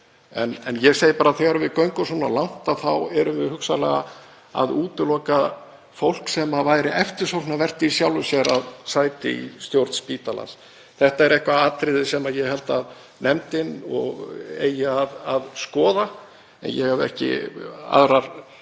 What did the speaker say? Ég segi bara: Þegar við göngum svona langt þá erum við hugsanlega að útiloka fólk sem væri eftirsóknarvert í sjálfu sér að sæti í stjórn spítalans. Þetta er atriði sem ég held að nefndin eigi að skoða en ég hef ekki aðrar